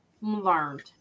Learned